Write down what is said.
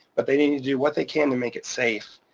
but they need to do what they can to make it safe.